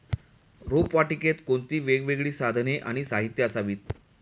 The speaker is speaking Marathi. रोपवाटिकेत कोणती वेगवेगळी साधने आणि साहित्य असावीत?